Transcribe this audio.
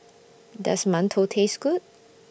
Does mantou Taste Good